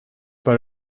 but